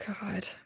God